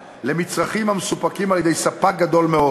חיסכון, איפה חיסכון?